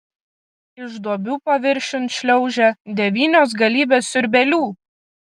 iš duobių paviršiun šliaužia devynios galybės siurbėlių